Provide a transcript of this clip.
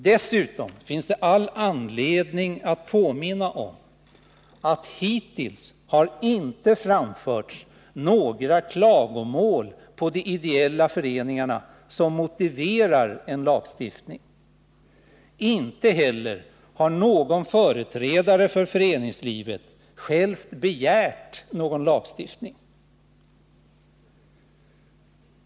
Dessutom finns det all anledning att påminna om att hittills inga klagomål har framförts på de ideella föreningarna som motiverar en lagstiftning. Inte heller har någon företrädare för föreningslivet självt begärt någon lagstiftning.